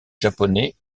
japonais